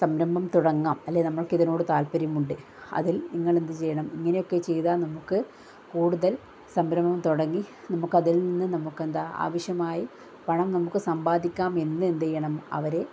സംരഭം തുടങ്ങാം അല്ലെങ്കിൽ നമ്മൾക്ക് ഇതിനോട് താല്പര്യമുണ്ട് അതിൽ നിങ്ങളെന്ത് ചെയ്യണം ഇങ്ങനെയൊക്കെ ചെയ്താൽ നമുക്ക് കൂടുതൽ സംരഭം തുടങ്ങി നമുക്കതിൽ നിന്ന് നമുക്കെന്താ ആവശ്യമായി പണം നമുക്ക് സമ്പാദിക്കാം എന്ന് എന്ത് ചെയ്യണം അവരെ